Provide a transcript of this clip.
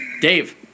Dave